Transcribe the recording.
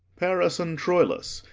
paris and troilus,